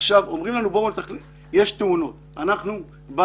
עכשיו, אומרים לנו, יש תאונות, לנו גם